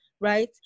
right